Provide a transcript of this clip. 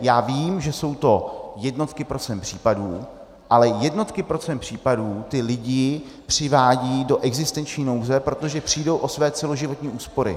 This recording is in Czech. Já vím, že jsou to jednotky procent případů, ale jednotky procent případů ty lidi přivádějí do existenční nouze, protože přijdou o své celoživotní úspory.